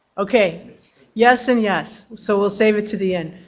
okay yes and yes. so we'll save it to the end,